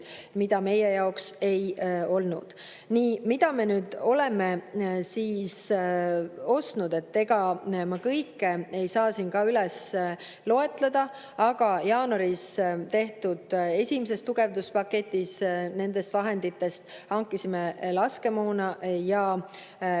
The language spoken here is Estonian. mida meie jaoks ei olnud. Nii. Mida me nüüd oleme siis ostnud? Ega ma kõike ei saa siin ka üles loetleda, aga jaanuaris tehtud esimeses tugevduspaketis nendest vahenditest hankisime laskemoona ja